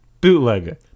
bootlegger